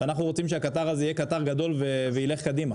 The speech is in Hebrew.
ואנחנו רוצים שהקטר הזה יהיה קטר גדול ויילך קדימה.